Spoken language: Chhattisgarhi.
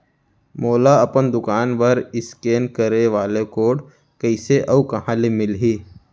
मोला अपन दुकान बर इसकेन करे वाले कोड कइसे अऊ कहाँ ले मिलही?